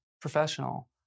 professional